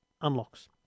Unlocks